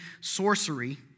sorcery